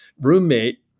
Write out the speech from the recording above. roommate